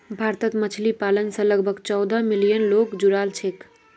भारतत मछली पालन स लगभग चौदह मिलियन लोग जुड़ाल छेक